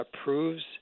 approves